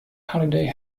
holiday